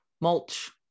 Mulch